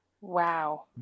Wow